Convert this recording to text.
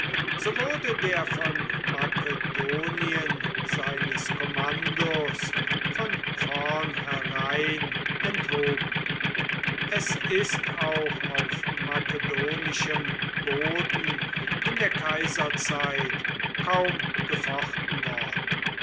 so wurde der von makedonien seines kommandos von vornherein enthoben es ist auch auf makedonischem boden in der kaiserzeit kaum gefochten worden